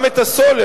גם את הסולר,